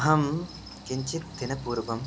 अहं किञ्चिद्दिनपूर्वं